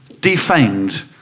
defamed